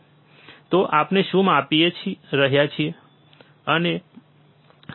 તો આપણે શું માપી રહ્યા છીએ